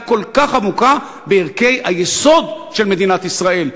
כל כך עמוקה בערכי היסוד של מדינת ישראל,